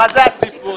מה זה הסיפור